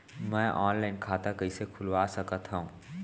मैं ऑनलाइन खाता कइसे खुलवा सकत हव?